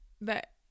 that-